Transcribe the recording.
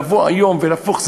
לבוא היום ולהפוך,